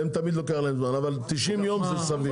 תמיד לוקח להם זמן, אבל 90 יום זה סביר.